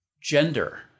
gender